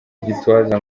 gitwaza